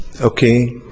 Okay